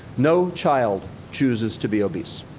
no child chooses to be obese.